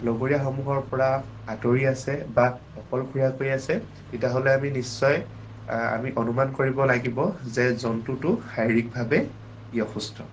লগৰীয়াসমূহৰ পৰা আঁতৰি আছে বা অকলশৰীয়াকৈ আছে তেতিয়াহ'লে আমি নিশ্চয় আমি অনুমান কৰিব লাগিব যে জন্তুটো শাৰীৰিকভাৱে ই অসুস্থ